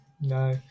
no